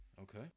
Okay